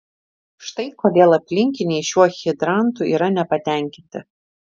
štai kodėl aplinkiniai šiuo hidrantu yra nepatenkinti